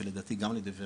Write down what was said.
ולדעתי גם על ידי ורד,